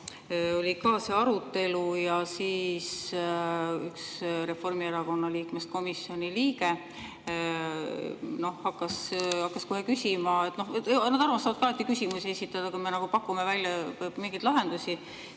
oli ka see arutelu ja siis üks Reformierakonna liikmest komisjoni liige hakkas kohe küsima – nad armastavad alati küsimusi esitada, kui me pakume välja mingeid lahendusi